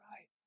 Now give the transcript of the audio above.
right